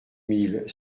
mille